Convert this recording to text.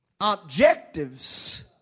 objectives